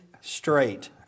straight